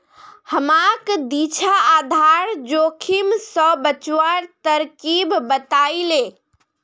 हमाक दीक्षा आधार जोखिम स बचवार तरकीब बतइ ले